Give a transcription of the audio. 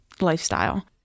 lifestyle